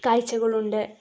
കാഴ്ചകളുണ്ട്